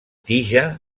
tija